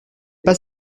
pas